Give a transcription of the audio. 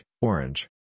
Orange